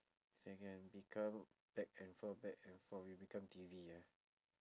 if I can become back and forth back and forth you become T_V ah